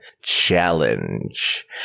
Challenge